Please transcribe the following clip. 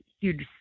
huge